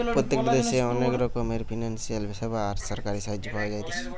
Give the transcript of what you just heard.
প্রত্যেকটা দেশে অনেক রকমের ফিনান্সিয়াল সেবা আর সরকারি সাহায্য পাওয়া যাতিছে